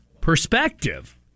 perspective